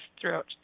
throughout